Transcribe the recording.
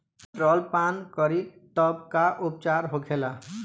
Petrol पान करी तब का उपचार होखेला?